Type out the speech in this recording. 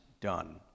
done